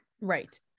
right